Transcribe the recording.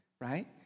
right